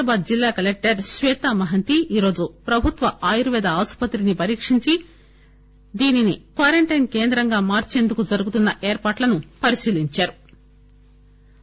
హైదరాబాద్ జిల్లా కలెక్టర్ స్వేతా మహంతి ఈరోజు ప్రభుత్వ ఆయుర్వేద ఆసుపత్రిని పరీకించి దీనిని క్వారంటైస్ కేంద్రగా మార్చేందుకు జరుగుతున్న ఏర్పాట్లను పరిశీలించారు